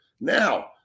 Now